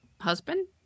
husband